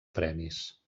premis